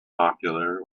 popular